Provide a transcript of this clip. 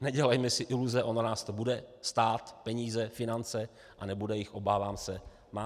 Nedělejme si iluze, ono nás to bude stát peníze, finance, a nebude jich, obávám se, málo.